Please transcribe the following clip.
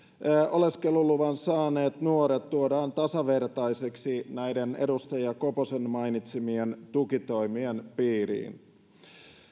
oleskeluluvan saaneet nuoret tuodaan tasavertaisiksi näiden edustaja koposen mainitsemien tukitoimien piiriin